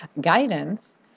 guidance